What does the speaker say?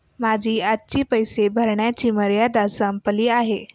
माझी आजची पैसे भरण्याची मर्यादा संपली आहे